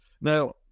Now